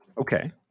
Okay